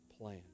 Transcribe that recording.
plan